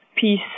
Peace